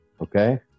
okay